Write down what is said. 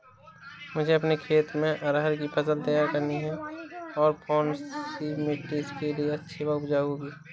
मुझे अपने खेत में अरहर की फसल तैयार करनी है और कौन सी मिट्टी इसके लिए अच्छी व उपजाऊ होगी?